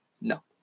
No